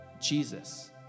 Jesus